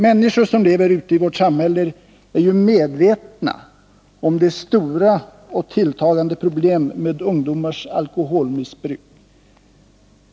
Människor som lever ute i vårt samhälle är ju medvetna om de stora och tilltagande problemen med ungdomars alkoholmissbruk.